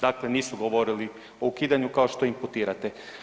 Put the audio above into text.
Dakle, nisu govorili o ukidanju kao što imputirate.